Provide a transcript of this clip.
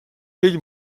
pell